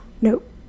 Nope